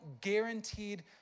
guaranteed